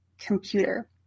computer